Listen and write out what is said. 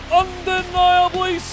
undeniably